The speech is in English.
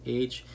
age